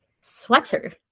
sweater